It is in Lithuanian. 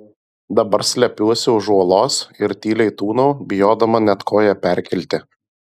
dabar slepiuosi už uolos ir tyliai tūnau bijodama net koją perkelti